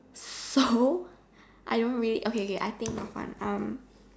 so I don't really okay okay I think of one um